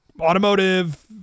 automotive